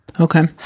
Okay